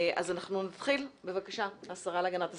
אנחנו נתחיל עם השרה להגנת הסביבה,